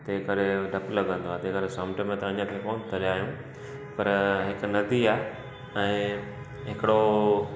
तंहिं करे ॾप लगंदो आहे तंहिं करे समुंड में अञा कोन तरिया आहियूं पर हिक नदी आहे ऐं हिकिड़ो